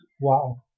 wow